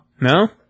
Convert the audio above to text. No